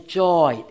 joy